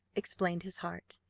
explained his heart.